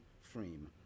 frame